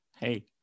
Hey